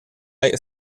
high